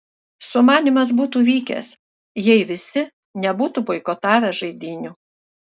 sumanymas būtų vykęs jei visi nebūtų boikotavę žaidynių